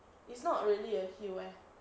it's not really a heal eh